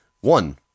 One